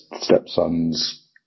stepson's